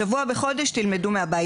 שבוע בחודש תלמדו מהבית,